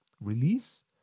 release